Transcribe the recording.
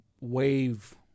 wave